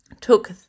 took